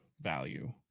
value